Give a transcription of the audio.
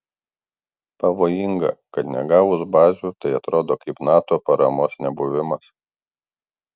pavojinga kad negavus bazių tai atrodo kaip nato paramos nebuvimas